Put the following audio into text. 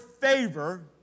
favor